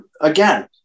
Again